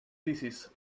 thesis